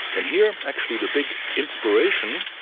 and here actually the big inspiration,